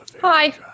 Hi